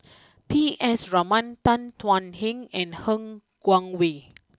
P S Raman Tan Thuan Heng and Han Guangwei